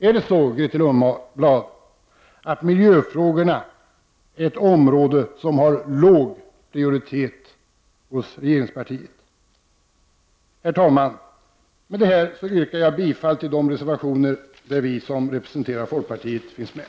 Är det så, Grethe Lundblad, att miljöfrågorna är ett område som har låg prioritet inom regeringspartiet? Herr talman! Med detta yrkar jag bifall till de reservationer där vi som representerar folkpartiet finns med .